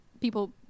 people